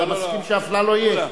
אתה מסכים שאפללו יהיה?